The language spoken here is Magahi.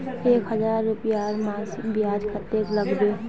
एक हजार रूपयार मासिक ब्याज कतेक लागबे?